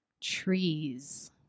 Trees